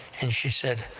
and she said,